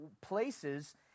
places